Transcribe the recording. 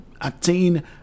attain